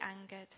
angered